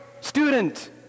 student